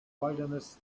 wilderness